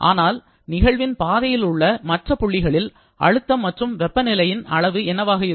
ஆனால் நிகழ்வின் பாதையிலுள்ள மற்ற புள்ளிகளில் அழுத்தம் மற்றும் வெப்பநிலையில் அளவு என்னவாக இருக்கும்